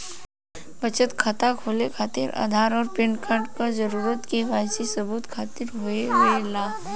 बचत खाता खोले खातिर आधार और पैनकार्ड क जरूरत के वाइ सी सबूत खातिर होवेला